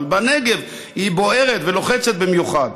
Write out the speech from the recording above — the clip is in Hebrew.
אבל בנגב היא בוערת ולוחצת במיוחד.